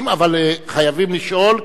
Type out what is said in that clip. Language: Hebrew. אבל חייבים לשאול,